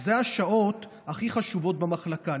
הן השעות הכי חשובות במחלקה,